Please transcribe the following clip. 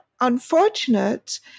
unfortunate